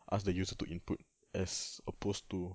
ask the user to input as opposed to